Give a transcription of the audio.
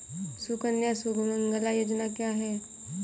सुकन्या सुमंगला योजना क्या है?